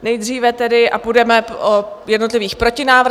Nejdříve tedy a půjdeme o jednotlivých protinávrzích.